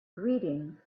greetings